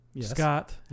Scott